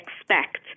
expect